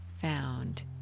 found